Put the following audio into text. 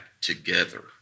together